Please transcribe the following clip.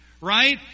right